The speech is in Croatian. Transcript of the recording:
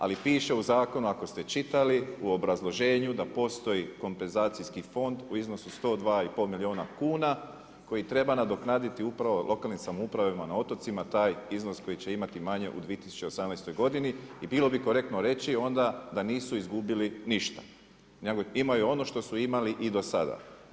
Ali piše u zakonu ako ste čitali u obrazloženju da postoji kompenzacijski fond u iznosu 102,5 milijuna kuna koji treba nadoknaditi lokalnim samoupravama na otocima taj iznos koji će imati manje u 2018. godini i bilo bi korektno reći onda da nisu izgubili ništa nego imaju ono što su imali i do sada.